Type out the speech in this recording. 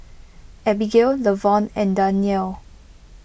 Abbigail Levon and Danyelle